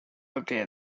update